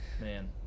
Man